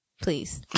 Please